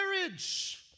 marriage